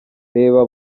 reba